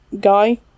guy